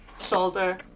shoulder